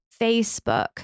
Facebook